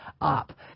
up